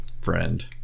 friend